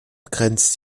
grenzt